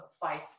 fight